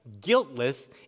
guiltless